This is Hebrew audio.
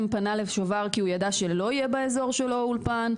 פנה לשובר כי הוא ידע שלא יהיה באזור שלו אולפן,